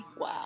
Wow